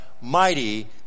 mighty